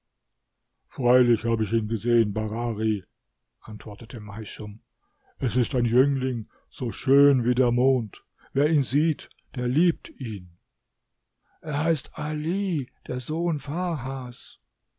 freilich habe ich ihn gesehen barari antwortete meischum es ist ein jüngling so schön wie der mond wer ihn sieht der liebt ihn er heißt ali der sohn